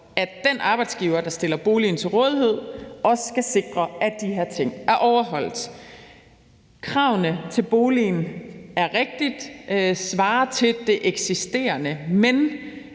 at den arbejdsgiver, der stiller boligen til rådighed, også skal sikre, at de her ting er overholdt. Det er rigtigt, at kravene til boligen svarer til de eksisterende, men